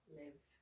live